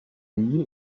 meal